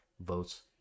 votes